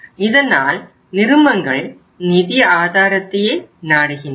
இதனால் நிறுமங்கள் நிதி ஆதாரத்தையே நாடுகின்றன